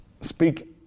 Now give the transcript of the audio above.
speak